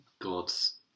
God's